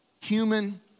human